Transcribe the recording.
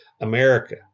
America